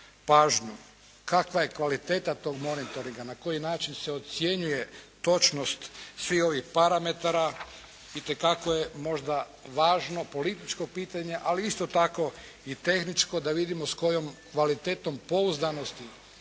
pažnju. Kakva je kvaliteta tog monitoringa, na koji način se ocjenjuje točnost svih ovih parametara itekako je možda važno političko pitanje ali isto tako i tehničko da vidimo s kojom kvalitetom pouzdanosti